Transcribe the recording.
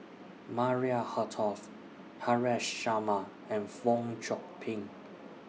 Maria Hertogh Haresh Sharma and Fong Chong Pik